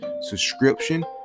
subscription